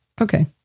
Okay